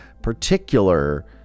particular